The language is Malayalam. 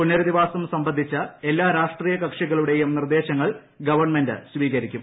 പുനരധിവാസം സംബന്ധിച്ച് എല്ലാ രാഷ്ട്രീയ കക്ഷികളുടെയും നിർദ്ദേശങ്ങൾ ഗവൺമെന്റ് സ്വീകരിക്കും